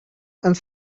and